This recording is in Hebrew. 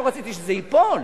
לא רציתי שזה ייפול,